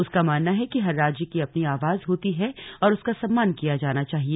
उसका मानना है कि हर राज्य की अपनी आवाज होती है और उसका सम्मान किया जाना चाहिए